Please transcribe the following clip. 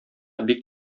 бик